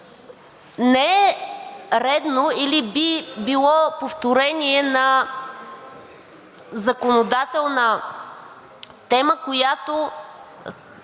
не е редно или би било повторение на законодателна тема и